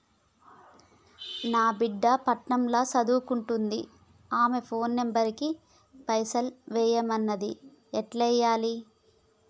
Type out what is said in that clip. నా బిడ్డే పట్నం ల సదువుకుంటుంది ఆమె ఫోన్ నంబర్ కి పైసల్ ఎయ్యమన్నది ఎట్ల ఎయ్యాలి?